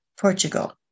Portugal